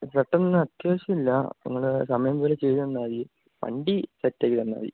പെട്ടെന്ന് അത്യാവശ്യം ഇല്ല നിങ്ങൾ സമയം പോലെ ചെയ്തു തന്നാൽ മതി വണ്ടി സെറ്റ് ആക്കി തന്നാൽ മതി